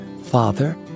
Father